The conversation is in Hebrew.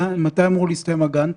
מתי יסתיים הגאנט?